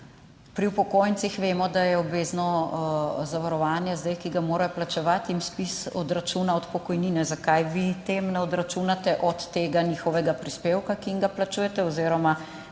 pri upokojencih vemo, da jim obvezno zavarovanje, ki ga morajo plačevati, ZPIZ odračuna od pokojnine, zakaj vi tem ne odračunate od tega njihovega prispevka, ki jim ga plačujete oziroma